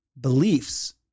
beliefs